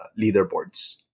leaderboards